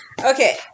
Okay